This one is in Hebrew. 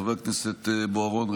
חבר הכנסת בוארון,